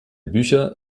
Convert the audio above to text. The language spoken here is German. bücher